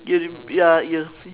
you you are you